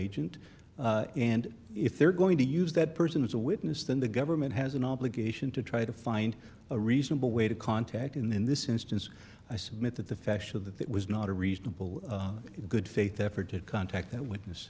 agent and if they're going to use that person as a witness then the government has an obligation to try to find a reasonable way to contact in this instance i submit that the fashion of that that was not a reasonable good faith effort to contact that witness